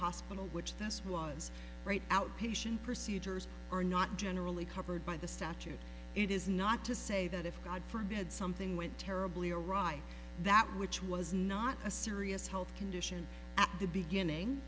hospital which this was right outpatient procedures are not generally covered by the statute it is not to say that if god forbid something went terribly or right that which was not a serious health condition at the beginning